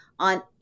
on